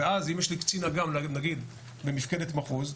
ואז אם יש לי קצין אג"מ נגיד במפקדת מחוז,